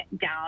down